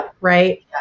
right